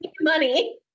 money